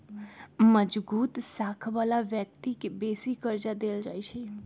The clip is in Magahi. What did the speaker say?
मजगुत साख बला व्यक्ति के बेशी कर्जा देल जाइ छइ